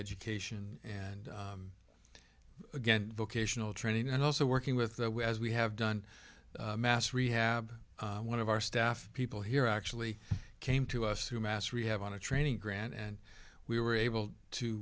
education and again vocational training and also working with the as we have done mass rehab one of our staff people here actually came to us to mass rehab on a training grant and we were able to